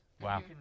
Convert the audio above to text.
wow